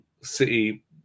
City